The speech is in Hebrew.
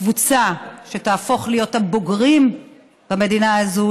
קבוצה שתהפוך להיות הבוגרים במדינה הזו,